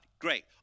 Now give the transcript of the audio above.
Great